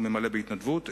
הוא ממלא בהתנדבות,